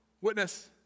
Witness